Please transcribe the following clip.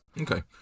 okay